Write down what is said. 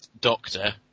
Doctor